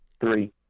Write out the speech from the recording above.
Three